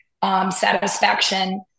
Satisfaction